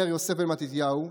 אומר יוסף בן מתתיהו,